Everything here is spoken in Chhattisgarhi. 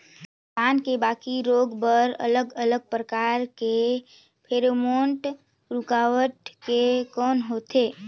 धान के बाकी रोग बर अलग अलग प्रकार के फेरोमोन रूकावट के कौन होथे?